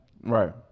right